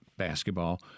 basketball